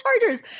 chargers